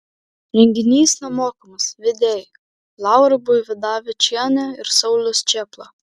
renginys nemokamas vedėjai laura buividavičienė ir saulius čėpla